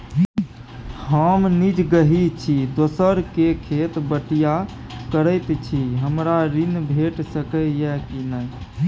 हम निजगही छी, दोसर के खेत बटईया करैत छी, हमरा ऋण भेट सकै ये कि नय?